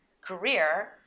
career